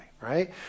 right